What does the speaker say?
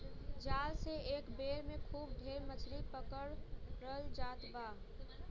जाल से एक बेर में खूब ढेर मछरी पकड़ल जात बा